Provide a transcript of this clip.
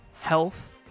health